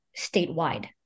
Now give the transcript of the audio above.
statewide